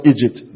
Egypt